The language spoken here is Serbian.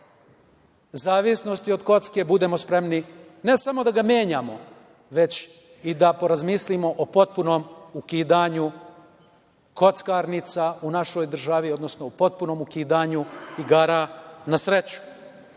zavisnosti, budemo spremni ne samo da ga menjamo, već i da porazmislimo o potpunom ukidanju kockarnica u našoj državi, odnosno o potpunom ukidanju igara na sreću. Ja